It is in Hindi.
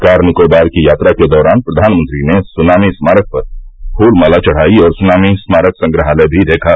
कार निकोबार की यात्रा के दौरान प्रधानमंत्री ने सुनामी स्मारक पर फूल माला चढ़ाई और सुनामी स्मारक संग्रहालय भी देखा